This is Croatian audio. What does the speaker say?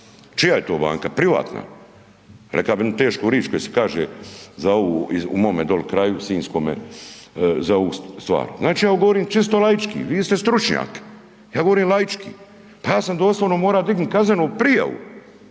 Čija je to banka? Privatna, reka bi jednu tešku rič koja se kaže za ovu u mome doli kraju sinjskome za ovu stvar. Znači ja govorim čisto laički, vi ste stručnjak, ja govorim laički. Pa ja sam doslovno morao dignuti kaznenu prijavu